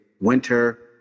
winter